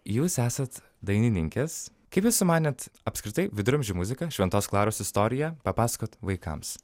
jūs esat dainininkės kaip jūs sumanėt apskritai viduramžių muziką šventos klaros istoriją papasakot vaikams